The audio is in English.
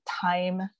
time